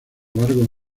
largo